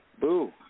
Boo